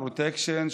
פרוטקשן,